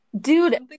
Dude